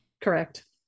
correct